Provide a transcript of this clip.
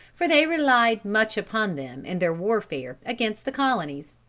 for they relied much upon them in their warfare against the colonies.